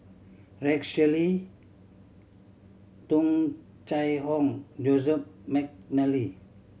Rex Shelley Tung Chye Hong Joseph McNally